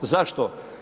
Zašto?